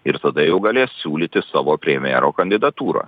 ir tada jau galės siūlyti savo premjero kandidatūrą